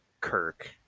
Kirk